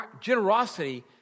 generosity